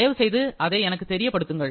தயவுசெய்து அதை எனக்குத் தெரியப்படுத்துங்கள்